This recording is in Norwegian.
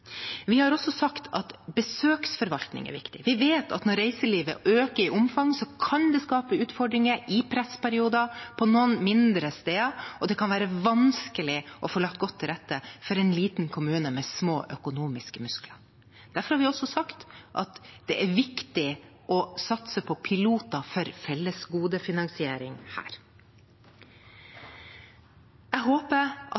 Vi har også sagt at besøksforvaltning er viktig. Vi vet at når reiselivet øker i omfang, kan det skape utfordringer i pressperioder på noen mindre steder, og det kan være vanskelig å få lagt godt til rette for en liten kommune med små økonomiske muskler. Derfor har vi også sagt at det er viktig å satse på piloter for fellesgodefinansiering her. Jeg håper at